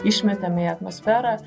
išmetame į atmosferą